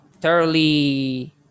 Thoroughly